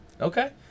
Okay